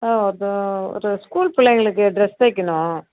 ஆ ஒருத்தவ ஒருத்த ஸ்கூல் பிள்ளைகளுக்கு ட்ரஸ் தைக்கெணும்